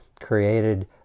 created